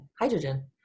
hydrogen